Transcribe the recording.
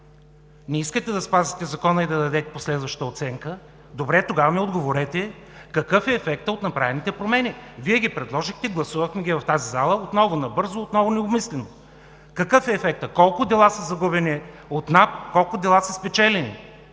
Не искате да спазите Закона и да дадете последваща оценка. Добре, тогава ми отговорете какъв е ефектът от направените промени. Вие ги предложихте, гласувахме ги в тази зала отново набързо, отново необмислено. Какъв е ефектът? Колко дела са загубени от НАП, колко дела са спечелени?!